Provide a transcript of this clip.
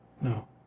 No